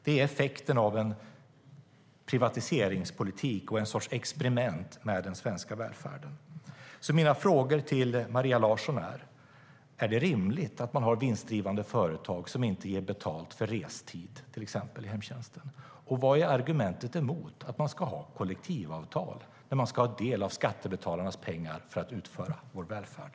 Det är effekten av en privatiseringspolitik och en sorts experiment med den svenska välfärden. Mina frågor till Maria Larsson är: Är det rimligt att ha vinstdrivande företag som till exempel inte ger betalt för restid i hemtjänsten? Vad är argumentet emot att man ska ha kollektivavtal när man ska ha del av skattebetalarnas pengar för att utföra vår välfärd?